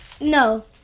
no